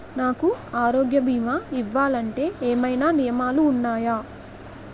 నాకు ఆరోగ్య భీమా ఇవ్వాలంటే ఏమైనా నియమాలు వున్నాయా?